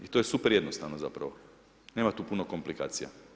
I to je super jednostavno zapravo, nema tu puno komplikacija.